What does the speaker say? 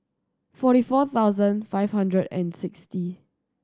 forty four thousand five hundred and sixty